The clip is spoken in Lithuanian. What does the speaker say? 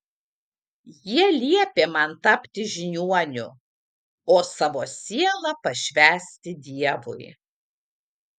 jie liepė man tapti žiniuoniu o savo sielą pašvęsti dievui